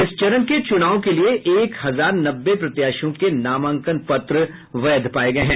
इस चरण के चुनाव के लिए एक हजार नब्बे प्रत्याशियों के नामांकन पत्र वैध पाये गये हैं